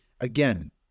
again